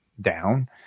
down